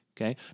okay